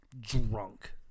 drunk